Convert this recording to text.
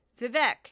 Vivek